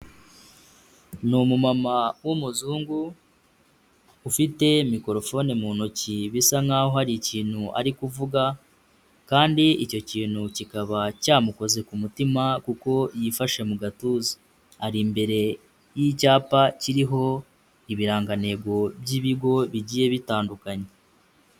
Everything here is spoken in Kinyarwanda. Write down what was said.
Ni umumama w'umuzungu ufite microphone mu ntoki bisa nkaho hari ikintu ari kuvuga, kandi icyo kintu kikaba cyamukoze ku mutima kuko yifashe mu gatuza, ari imbere yicyapa kiriho ibirangantego by'ibigo bigiye bitandukanye.